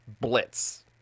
blitz